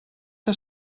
que